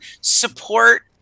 Support